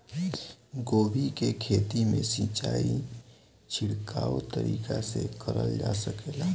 गोभी के खेती में सिचाई छिड़काव तरीका से क़रल जा सकेला?